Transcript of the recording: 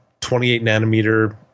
28-nanometer